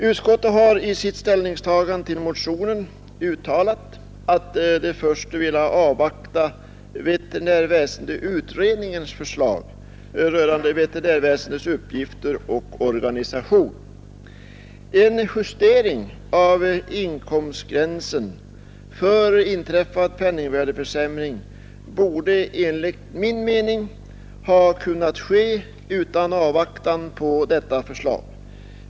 Utskottet har i sitt ställningstagande till motionen uttalat att man först vill avvakta veterinärväsendeutredningens förslag rörande veterinärväsendets uppgifter och organisation. En justering av inkomstgränsen för inträffad penningvärdeförsämring borde enligt min mening ha kunnat ske utan avvaktan på detta förslag.